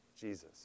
Jesus